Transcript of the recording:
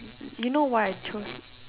you know why I choose